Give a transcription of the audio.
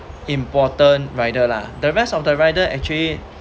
important rider lah the rest of the rider actually